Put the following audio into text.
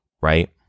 right